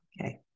Okay